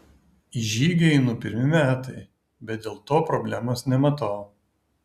į žygį einu pirmi metai bet dėl to problemos nematau